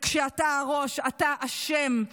וכשאתה הראש, אתה אשם.